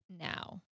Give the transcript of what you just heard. now